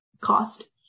cost